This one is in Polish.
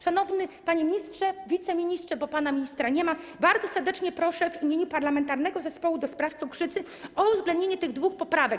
Szanowny panie ministrze, wiceministrze, bo pana ministra nie ma, bardzo serdecznie proszę w imieniu Parlamentarnego Zespołu ds. Cukrzycy o uwzględnienie tych dwóch poprawek.